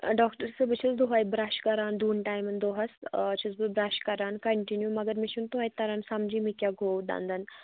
doctor صٲب بہٕ چھَس دۄہے برٛیش کران دۅن ٹایمن دۅہَس چھَس بہٕ برٛیش کران کَنٹِنیٛوٗ مگر مےٚ چھُنہٕ توتہِ تران سَمجٕے مےٚ کیٛاہ گوٚو دَنٛدن